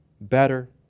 better